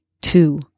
two